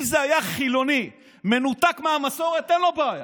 אם זה היה חילוני מנותק מהמסורת, אין לו בעיה,